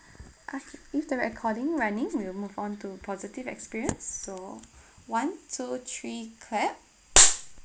okay leave the recording running we will move on to positive experience so one two three clap